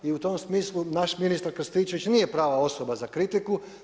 I u tom smislu naš ministar Krstičević nije prava osoba za kritiku.